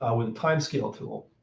ah with the time scale tool.